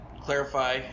clarify